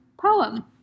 poem